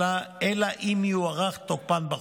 הממשלה, אלא אם כן יוארך תוקפן בחוק.